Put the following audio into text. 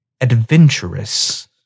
adventurous